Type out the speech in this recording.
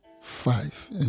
five